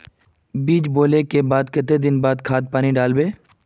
बीज बोले के बाद केते दिन बाद खाद पानी दाल वे?